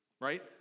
right